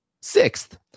sixth